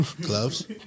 gloves